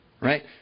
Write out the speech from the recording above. Right